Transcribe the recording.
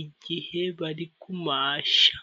igihe bari kumasha.